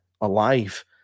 alive